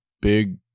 big